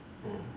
mm